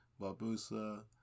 Barbosa